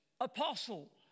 apostle